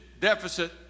Deficit